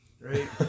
right